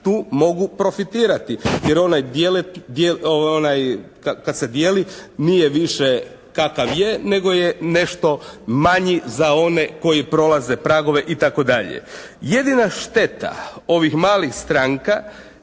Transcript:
tu mogu profitirati. Jer onaj, onaj kad se dijeli nije više kakav je nego je nešto manji za one koji prolaze pragove i tako dalje. Jedina šteta ovih malih stranka